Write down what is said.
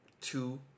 two